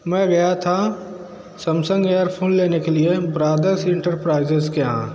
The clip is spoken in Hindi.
मैं गया था सेमसंग एयरफ़ोन लेने के लिए ब्रादर्स इंटरप्राज़ेज़ के यहाँ